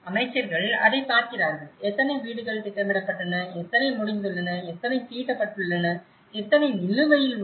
அமைச்சர்கள் அதைப் பார்க்கிறார்கள் எத்தனை வீடுகள் திட்டமிடப்பட்டன எத்தனை முடிந்துள்ளன எத்தனை தீட்டப்பட்டுள்ளன எத்தனை நிலுவையில் உள்ளன